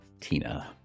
Tina